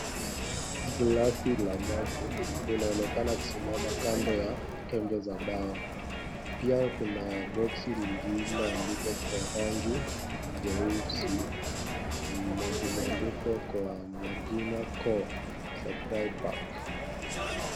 Glasi la maji linaonekana kusimama kando ya tembe za dawa pia kuna boxi lililoandikwa kwa rangi jeusi na limeandikwa kwa majina ko supri pack .